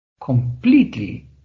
completely